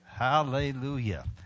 Hallelujah